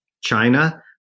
China